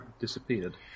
disappeared